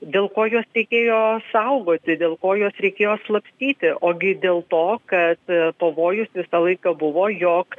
dėl ko juos reikėjo saugoti dėl ko juos reikėjo slapstyti o gi dėl to kad pavojus visą laiką buvo jog